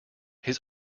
his